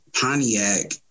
Pontiac